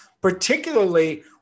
particularly